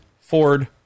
ford